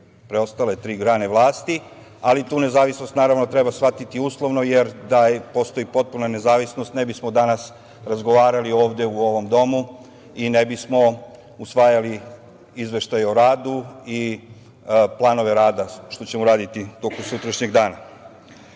preostale tri grane vlasti, ali tu nezavisnost naravno treba shvatiti uslovno, jer da postoji potpuna nezavisnost, ne bismo danas razgovarali ovde u ovom domu i ne bismo usvajali izveštaj o radu i planove rada, što ćemo uraditi tokom sutrašnjeg dana. Ja